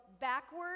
backward